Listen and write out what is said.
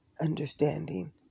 understanding